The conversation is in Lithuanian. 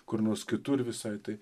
kur nors kitur visai tai